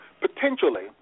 Potentially